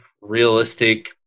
realistic